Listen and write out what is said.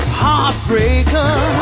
heartbreaker